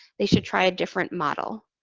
they should try a different model.